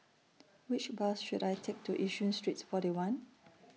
Which Bus should I Take to Yishun Street forty one